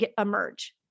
emerge